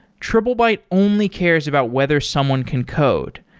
triplebyte only cares about whether someone can code.